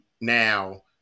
now